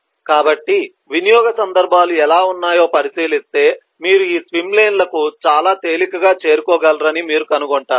కాబట్టి వినియోగ సందర్భాలు ఎలా ఉన్నాయో పరిశీలిస్తే మీరు ఈ స్విమ్ లేన్ల కు చాలా తేలికగా చేరుకోగలరని మీరు కనుగొంటారు